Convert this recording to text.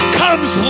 comes